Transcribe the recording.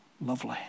lovely